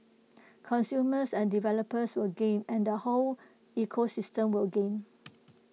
consumers and developers will gain and the whole ecosystem will gain